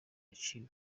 yaciwe